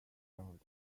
served